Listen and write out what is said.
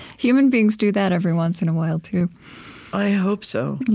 human beings do that every once in a while, too i hope so.